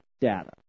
data